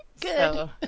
Good